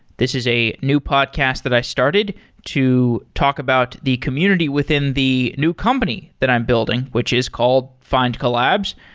this is a new podcast that i started to talk about the community within the new company that i'm building, which is called findcollabs.